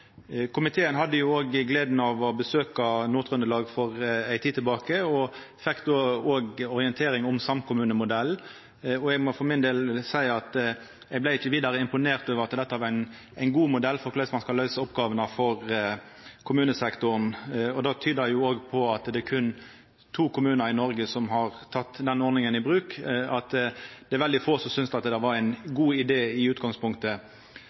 Komiteen hadde gleda av å besøkja Nord-Trøndelag for ei tid sidan og fekk då orientering om samkommunemodellen. Eg må for min del seia at eg vart ikkje vidare imponert med omsyn til at dette var ein god modell for korleis ein skal løysa oppgåvene for kommunesektoren. At det er berre to kommunar i Noreg som har teke denne ordninga i bruk, tyder jo òg på at det er veldig få som syntest at det var ein god idé i utgangspunktet.